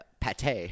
Pate